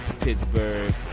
Pittsburgh